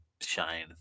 shine